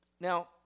Now